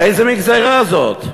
איזה מין גזירה זאת?